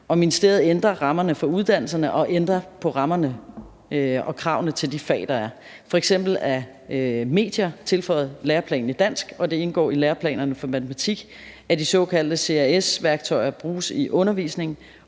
ministeriet ændrer rammerne for uddannelserne og ændrer på rammerne for og kravene til de fag, der er. F.eks. er medier tilføjet læreplanen i dansk, og det indgår i læreplanerne for matematik, at de såkaldte csr-værktøjer bruges i undervisningen.